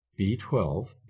B12